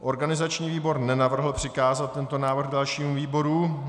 Organizační výbor nenavrhl přikázat tento návrh dalšímu výboru.